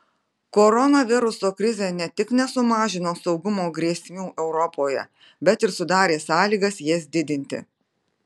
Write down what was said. koronaviruso krizė ne tik nesumažino saugumo grėsmių europoje bet ir sudarė sąlygas jas didinti